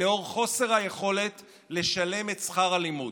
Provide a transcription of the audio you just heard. לאור חוסר היכולת לשלם את שכר הלימוד.